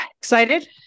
Excited